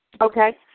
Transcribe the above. Okay